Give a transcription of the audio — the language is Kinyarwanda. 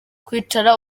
kwicara